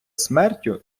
смертю